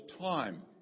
time